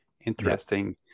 interesting